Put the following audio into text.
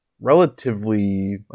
relatively